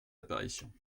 apparitions